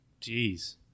Jeez